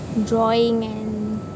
drawing and